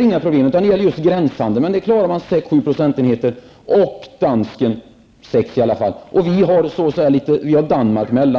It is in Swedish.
Men det är problem just när det gäller gränshandeln. Där klarar man som sagt fem sex procentenheters skillnad, och vi har Danmark mellan oss och Europa.